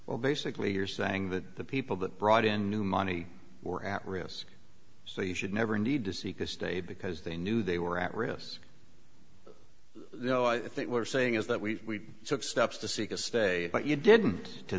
well basically you're saying that the people that brought in new money were at risk so you should never need to seek a stay because they knew they were at risk you know i think we are saying is that we took steps to seek a stay but you didn't to